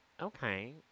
Okay